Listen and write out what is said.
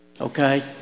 okay